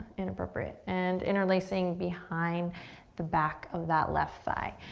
inappropriate. and interlacing behind the back of that left thigh.